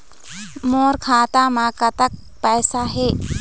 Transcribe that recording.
मोर खाता म कतक पैसा हे?